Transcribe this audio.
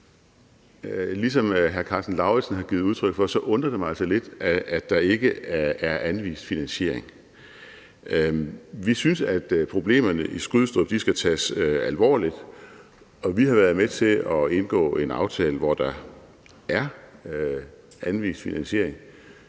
ligesom hr. Karsten Lauritzen har givet udtryk for, undrer mig lidt, at der ikke er anvist finansiering. Vi synes, at problemerne i Skrydstrup skal tages alvorligt, og vi har været med til at indgå en aftale, hvor der er anvist finansiering,